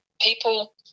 people